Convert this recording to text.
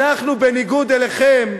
אנחנו, בניגוד אליכם,